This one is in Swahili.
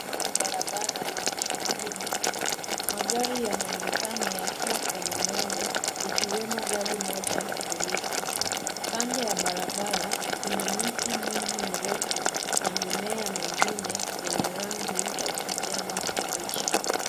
Hili ni barabara lenye shughuli mingi, magari yanaonekana yakiwa kwenye mwendo ikiwemo gari moja la polisi , kando ya barabara kuna miti mingi mirefu na mimea mingine enye rangi ya kijani kibichi.